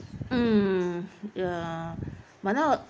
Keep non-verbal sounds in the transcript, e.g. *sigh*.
hmm ya but not *noise*